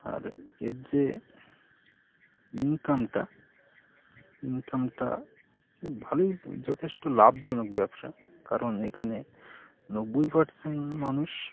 আর এর যে ইনকামটা ইনকামটা এ ভালোই যথেষ্ট লাভজনক ব্যবসা কারণ এখানে নব্বই পার্সেন্ট মানুষ